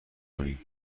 کنیم